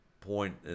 point